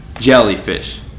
Jellyfish